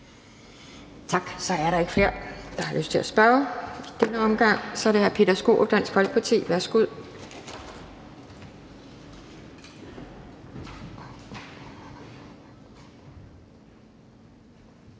Tak. Så er der ikke flere, der har lyst til at spørge i denne omgang. Så er det hr. Peter Skaarup, Dansk Folkeparti. Værsgo.